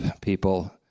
people